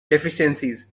deficiencies